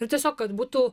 ir tiesiog kad būtų